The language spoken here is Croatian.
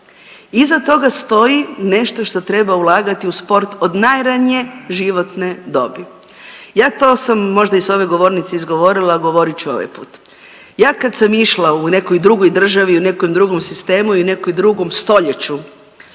Iza toga stoji nešto što treba ulagati u sport od najranije životne dobi. Ja to sam možda i s ove govornice izgovorila, a govorit ću ovaj put. Ja kad sam išla u nekoj drugoj državi, u nekom drugom sistemu i nekom drugom stoljeću